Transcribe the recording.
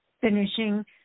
finishing